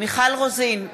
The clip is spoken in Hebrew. מיכל רוזין,